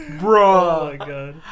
Bro